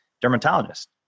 dermatologist